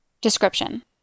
Description